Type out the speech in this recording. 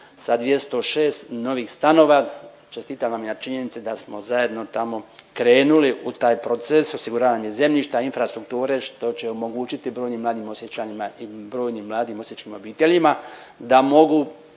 sa 206 novih stanova. Čestitam vam i na činjenici da smo zajedno tamo krenuli u taj proces osiguravanja zemljišta, infrastrukture, što će omogućiti brojnim mladim Osječanima i brojnim mladim osječkim obiteljima da mogu